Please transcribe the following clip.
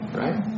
right